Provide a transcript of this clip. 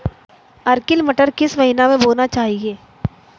Arkel मटर किस महीना में बोना चाहिए?